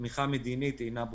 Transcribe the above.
ותמיכה מדינית אינה ברורה?